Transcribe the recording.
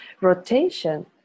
rotation